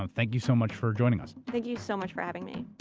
and thank you so much for joining us. thank you so much for having me.